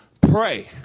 Pray